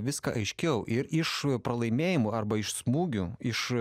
viską aiškiau ir iš pralaimėjimo arba iš smūgių iš